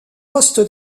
poste